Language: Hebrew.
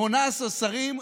18 שרים,